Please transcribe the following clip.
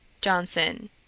JOHNSON